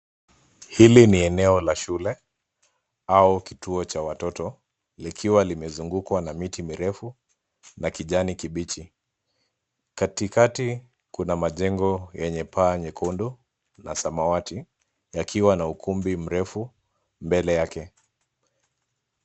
Hii ni eneo la shule au kituo cha watoto, likiwa limezungukwa na miti mirefu ya kijani kibichi. Katikati kuna majengo yenye paa nyekundu na samawati, yakiwa na ukumbi mrefu mbele yake.